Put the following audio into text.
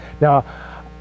now